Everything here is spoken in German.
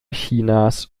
chinas